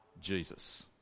Jesus